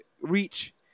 reach